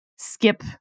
skip